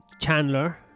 Chandler